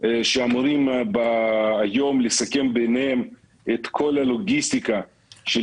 שאמורים היום לסכם ביניהם את כל הלוגיסטיקה של